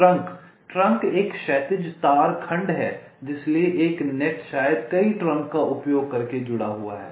trunk एक क्षैतिज तार खंड है इसलिए एक नेट शायद कई ट्रंक का उपयोग करके जुड़ा हुआ है